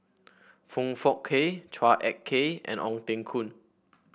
Foong Fook Kay Chua Ek Kay and Ong Teng Koon